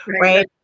right